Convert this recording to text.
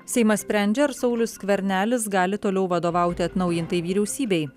seimas sprendžia ar saulius skvernelis gali toliau vadovauti atnaujintai vyriausybei